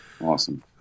awesome